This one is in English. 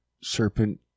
serpent